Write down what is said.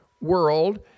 world